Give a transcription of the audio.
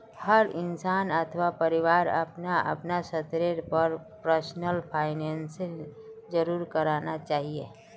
हर इंसान अथवा परिवारक अपनार अपनार स्तरेर पर पर्सनल फाइनैन्स जरूर करना चाहिए